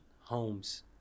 homes